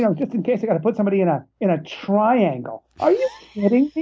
um just in case i got to put somebody in ah in a triangle, are you kidding